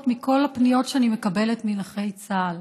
מכל הפניות שאני מקבלת מנכי צה"ל,